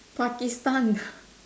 Pakistan